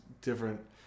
different